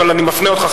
אבל אני מפנה אותך,